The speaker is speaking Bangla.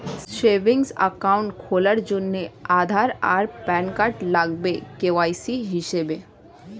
সেভিংস অ্যাকাউন্ট খোলার জন্যে আধার আর প্যান কার্ড লাগবে কে.ওয়াই.সি হিসেবে